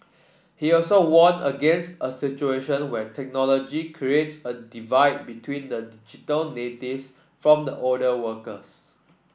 he also warned against a situation where technology creates a divide between the digital natives from the older workers